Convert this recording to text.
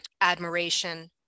admiration